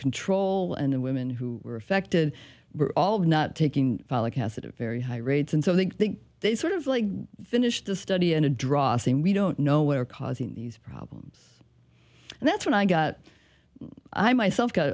control and the women who were affected were all not taking folic acid a very high rates and so they think they sort of like finish the study and a draw saying we don't know where causing these problems and that's when i got i myself got